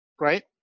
right